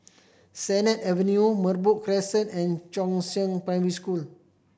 Sennett Avenue Merbok Crescent and Chongzheng Primary School